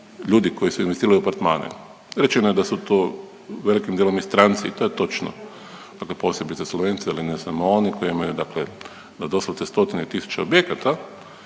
ljudi koji su investirali u apartmane, rečeno je da su to velikim dijelom i stranci, to je točno, dakle posebice Slovenci, ali ne samo oni koji imaju dakle na doslovce stotine tisuća objekata,